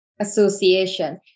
Association